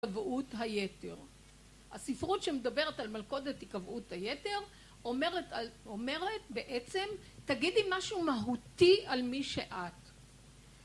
היקבעות היתר. הספרות שמדברת על מלכודת היקבעות היתר אומרת בעצם תגידי משהו מהותי על מי שאת